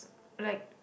like